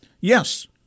Yes